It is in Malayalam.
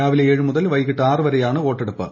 രാവിലെ ഏഴ് മുതൽ വൈകിട്ട് ആറ് വരെയാണ് വോട്ടെടുപ്പ്